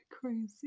crazy